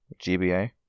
GBA